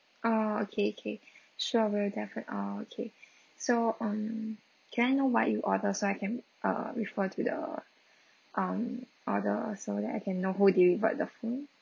oh okay K sure we'll defi~ oh okay so um can I know what you order so I can err refer to the um order so that I can know who delivered the food